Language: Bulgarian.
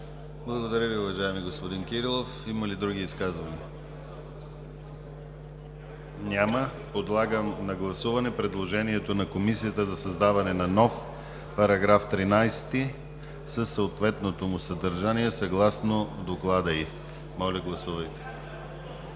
Благодаря Ви, господин Кирилов. Има ли други изказвания? Няма. Подлагам на гласуване предложението на Комисията за създаване на нов § 13 със съответното му съдържание, съгласно доклада й. Моля, гласувайте. Гласуваме